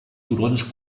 turons